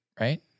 right